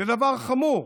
זה דבר חמור.